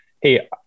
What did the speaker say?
Hey